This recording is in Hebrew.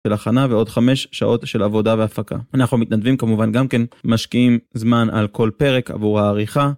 של הכנה ועוד חמש שעות של עבודה והפקה. אנחנו מתנדבים כמובן, גם כן משקיעים זמן על כל פרק עבור העריכה.